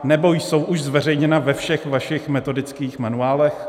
Nebo jsou už zveřejněna ve všech vašich metodických manuálech?